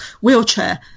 wheelchair